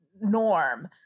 norm